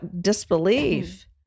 disbelief